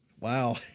wow